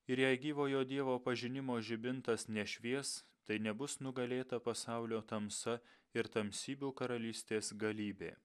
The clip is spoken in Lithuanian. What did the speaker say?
ir jei gyvojo dievo pažinimo žibintas nešvies tai nebus nugalėta pasaulio tamsa ir tamsybių karalystės galybė